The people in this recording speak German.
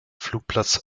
flugplatz